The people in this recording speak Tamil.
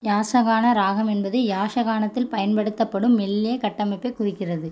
யாஷகான ராகம் என்பது யாஷகாணத்தில் பயன்படுத்தப்படும் மெல்லிய கட்டமைப்பைக் குறிக்கிறது